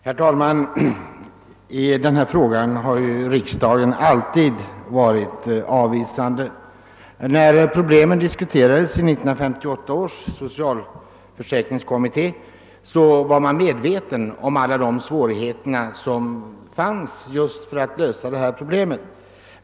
Herr talman! I denna fråga har ju riksdagen alltid ställt sig avvisande. När problemen diskuterades i 1958 års socialförsäkringskommitté var man medveten om alla de svårigheter som finns när det gäller att lösa just detta problem.